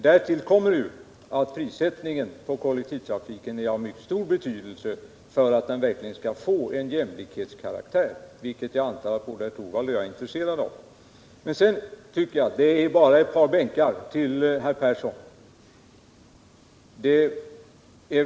Därtill kommer att prissättningen på kollektivtrafiken är av mycket stor betydelse för att den verkligen skall få jämlikhetskaraktär — vilket jag antar att både herr Torwald och jag är intresserade av.